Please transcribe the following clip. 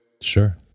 Sure